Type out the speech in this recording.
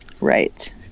Right